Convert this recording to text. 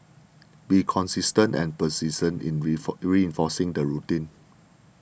be consistent and persistent in reinforcing the routine